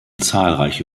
zahlreiche